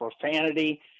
profanity